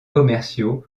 commerciaux